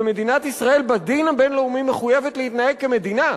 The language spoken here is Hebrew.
ומדינת ישראל בדין הבין-לאומי מחויבת להתנהג כמדינה.